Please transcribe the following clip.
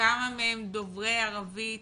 כמה מהם דוברי ערבית